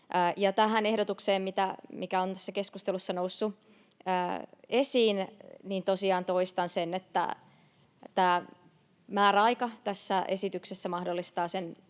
Tästä ehdotuksesta, mikä on tässä keskustelussa noussut esiin, tosiaan toistan sen, että tämä määräaika tässä esityksessä mahdollistaa